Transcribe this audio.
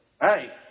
Hey